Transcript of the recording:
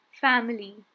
family